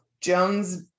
Jones